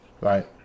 right